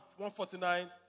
149